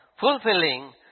fulfilling